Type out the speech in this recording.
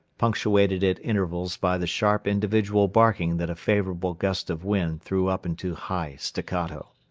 punctuated at intervals by the sharp individual barking that a favorable gust of wind threw up into high staccato.